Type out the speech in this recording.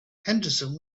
henderson